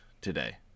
today